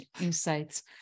insights